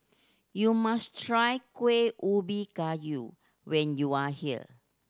you must try Kuih Ubi Kayu when you are here